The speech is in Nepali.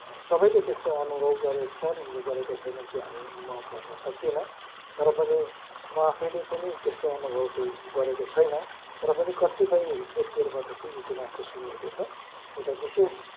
सबैले त्यस्तो अनुभव गरेको छन् गरेका छैनन् त्यो हामी म भन्न सक्दिनँ तर पनि म आफैले पनि त्यस्तो अनुभव चाहिँ गरेको छैन तर पनि कतिपय व्यक्तिहरूबाट चाहिँ यो गुनासो सुनिएको छ एउटा विशेष